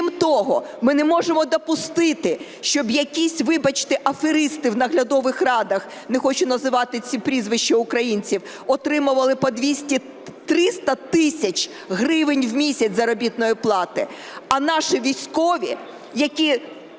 Крім того, ми не можемо допустити, щоб якісь, вибачте, аферисти в наглядових радах, не хочу називати ці прізвища українцям, отримували по 200-300 тисяч гривень в місяць заробітної плати,